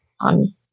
on